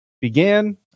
began